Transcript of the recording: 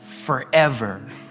forever